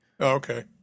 okay